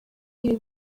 ibi